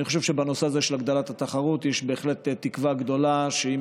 אני חושב שבנושא הזה של הגדלת התחרות יש בהחלט תקווה גדולה שעם